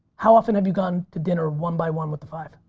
how often have you gone to dinner one by one with the five?